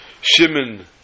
Shimon